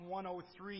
103